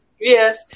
Yes